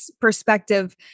perspective